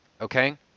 okay